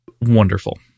wonderful